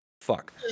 Fuck